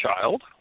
child